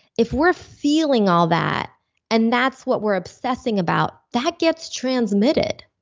if we're feeling all that and that's what we're obsessing about, that gets transmitted.